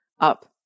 up